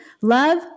Love